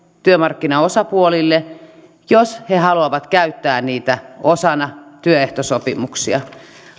työmarkkinaosapuolille jos he haluavat käyttää niitä osana työehtosopimuksia